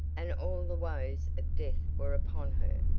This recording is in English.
and all the woes of death were upon her!